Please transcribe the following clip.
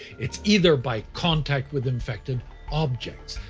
it's either by contact with infected objects,